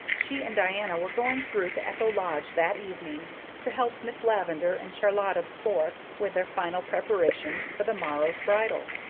she and diana were going through to echo lodge that evening to help miss lavendar and charlotta the fourth with their final preparations for the morrow's bridal.